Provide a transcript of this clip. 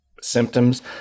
symptoms